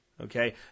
Okay